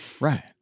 Right